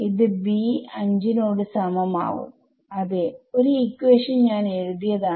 ഇത് b 5 നോട് സമം ആവുംഅതെ ഒരു ഇക്വേഷൻ ഞാൻ എഴുതിയതാണ്